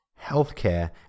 healthcare